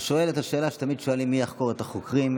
אתה שואל את השאלה שתמיד שואלים: מי יחקור את החוקרים?